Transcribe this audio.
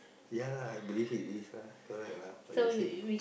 ya lah I believe it is lah correct lah what you saying